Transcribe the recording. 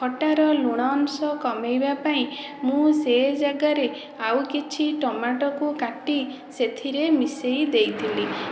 ଖଟାର ଲୁଣ ଅଂଶ କମେଇବା ପାଇଁ ମୁଁ ସେ ଜାଗାରେ ଆଉ କିଛି ଟମାଟୋକୁ କାଟି ସେଥିରେ ମିଶେଇ ଦେଇଥିଲି